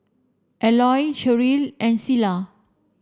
Elroy Sherrill and Cilla